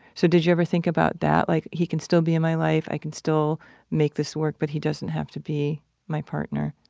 so did you ever think about that? like he can still be in my life. i can still make this work, but he doesn't have to be my partner